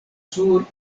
sur